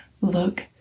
Look